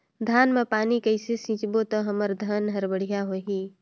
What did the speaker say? धान मा पानी कइसे सिंचबो ता हमर धन हर बढ़िया होही?